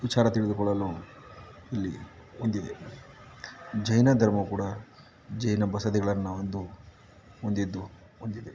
ವಿಚಾರ ತಿಳಿದುಕೊಳ್ಳಲು ಇಲ್ಲಿ ಹೊಂದಿದೆ ಜೈನ ಧರ್ಮವು ಕೂಡ ಜೈನ ಬಸದಿಗಳನ್ನು ಹೊಂದು ಹೊಂದಿದ್ದು ಹೊಂದಿದೆ